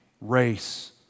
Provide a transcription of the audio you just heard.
race